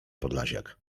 podlasiak